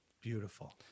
beautiful